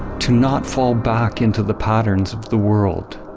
to not fall back into the patterns of the world.